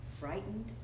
frightened